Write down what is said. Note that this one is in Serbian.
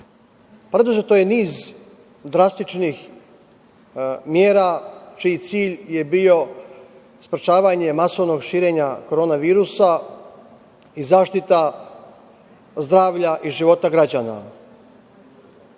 Preduzeto je niz drastičnih mera, čiji cilj je bio sprečavanje masovnog širenja koronavirusa i zaštita zdravlja i života građana.